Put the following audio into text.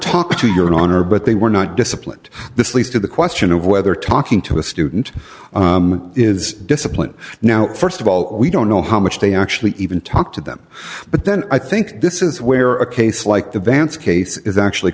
taught to your honor but they were not disciplined this leads to the question of whether talking to a student is discipline now st of all we don't know how much they actually even talk to them but then i think this is where a case like the vance case is actually